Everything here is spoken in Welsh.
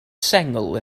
sengl